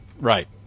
Right